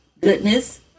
goodness